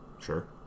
Sure